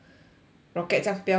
rocket 这样飙上去